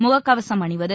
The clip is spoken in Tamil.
முக கவசம் அணிவது